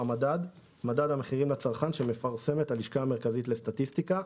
"המדד" מדד המחירים לצרכן שמפרסמת הלשכה המרכזית לסטטיסטיקה.